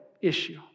issue